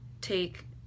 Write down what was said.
take